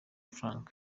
franc